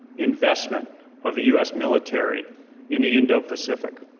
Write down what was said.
investment of the us military in the indo-pacific.